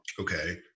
okay